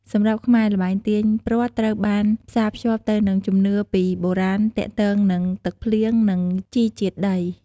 សម្រាប់ខ្មែរ ល្បែងទាញព្រ័ត្រត្រូវបានផ្សារភ្ជាប់ទៅនឹងជំនឿពីបុរាណទាក់ទងនឹងទឹកភ្លៀង និងជីជាតិដី។